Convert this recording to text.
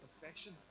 perfection